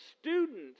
students